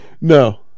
No